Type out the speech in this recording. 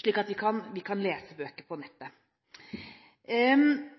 slik at vi kan lese bøker på nettet.